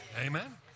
Amen